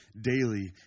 daily